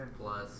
Plus